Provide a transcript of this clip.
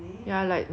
S_G_D